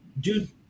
dude